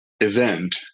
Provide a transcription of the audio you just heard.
event